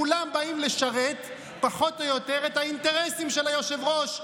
כולם באים לשרת פחות או יותר את האינטרסים של היושב-ראש.